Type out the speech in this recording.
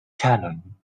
canon